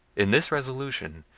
in this resolution,